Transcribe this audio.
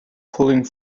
pulling